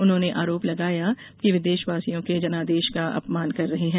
उन्होंने आरोप लगाया कि वे देशवासियों के जनादेश का अपमान कर रहे हैं